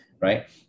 right